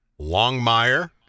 Longmire